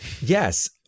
yes